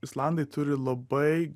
islandai turi labai